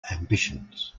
ambitions